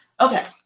Okay